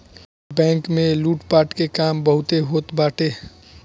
bank में लूटपाट के काम बहुते होत बाटे